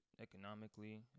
economically